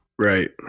Right